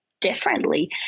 differently